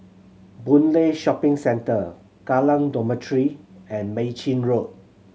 Boon Lay Shopping Centre Kallang Dormitory and Mei Chin Road